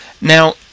Now